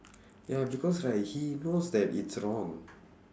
ya because like he knows that it's wrong